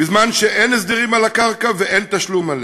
בזמן שאין הסדרים על הקרקע ואין תשלום עליה.